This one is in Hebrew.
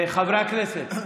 חברי הכנסת,